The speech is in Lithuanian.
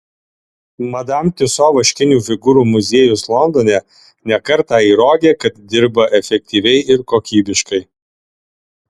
madam tiuso vaškinių figūrų muziejus londone ne kartą įrodė kad dirba efektyviai ir kokybiškai